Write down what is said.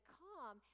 come